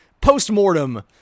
post-mortem